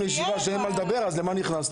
לישיבה שאין מה לדבר אז למה נכנסנו?